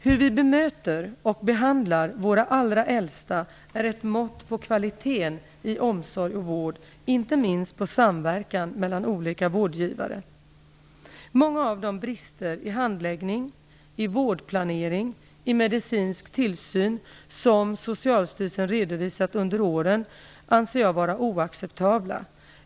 Hur vi bemöter och behandlar våra allra äldsta är ett mått på kvaliteten i omsorg och vård och inte minst på samverkan mellan olika vårdgivare. Många av de brister i handläggning, i vårdplanering och i medicinsk tillsyn som Socialstyrelsen redovisat under åren anser jag vara oacceptabla.